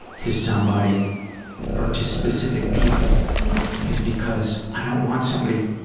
to somebody or to specific people is because i don't want somebody,